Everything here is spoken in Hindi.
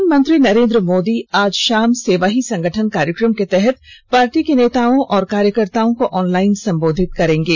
प्रधानमंत्री नरेंद्र मोदी आज शाम सेवा ही संगठन कार्यक्रम के तहत पार्टी के नेताओं और कार्यकर्ताओं को ऑनलाइन संबोधित करेंगे